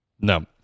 No